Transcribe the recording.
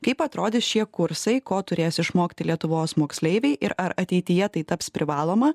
kaip atrodys šie kursai ko turės išmokti lietuvos moksleiviai ir ar ateityje tai taps privaloma